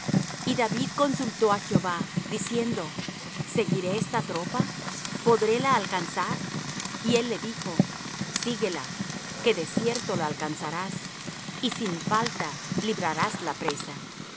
y david consultó á jehová diciendo seguiré esta tropa podréla alcanzar y él le dijo síguela que de cierto la alcanzarás y sin falta librarás la presa